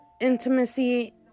intimacy